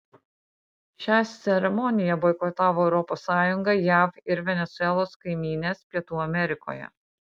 šią ceremoniją boikotavo europos sąjunga jav ir venesuelos kaimynės pietų amerikoje